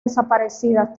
desaparecidas